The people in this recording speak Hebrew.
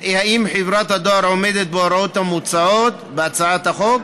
אם חברת הדואר עומדת בהוראה המוצעת בהצעת החוק